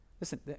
Listen